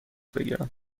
بگیرم